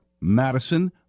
Madison